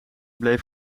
bleef